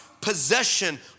possession